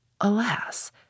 Alas